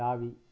தாவி